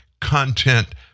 content